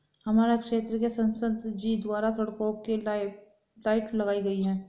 हमारे क्षेत्र में संसद जी द्वारा सड़कों के लाइट लगाई गई